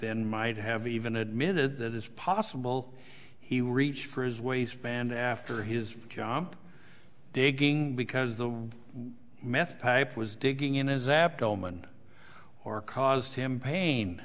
then might have even admitted that it's possible he reached for his waistband after his jump digging because the meth pipe was digging in his abdomen or caused him pain